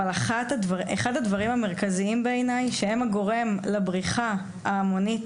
אבל אחד הדברים המרכזיים בעיניי שהם הגורם לבריחה ההמונית